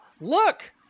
look